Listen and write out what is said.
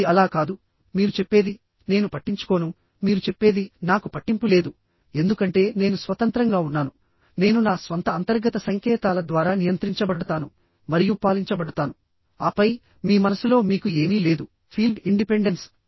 ఇది అలా కాదు మీరు చెప్పేది నేను పట్టించుకోను మీరు చెప్పేది నాకు పట్టింపు లేదు ఎందుకంటే నేను స్వతంత్రంగా ఉన్నాను నేను నా స్వంత అంతర్గత సంకేతాల ద్వారా నియంత్రించబడతాను మరియు పాలించబడతాను ఆపై మీ మనసులో మీకు ఏమీ లేదు ఫీల్డ్ ఇండిపెండెన్స్